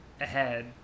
ahead